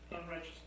Unrighteous